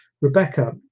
Rebecca